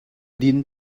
din